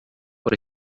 por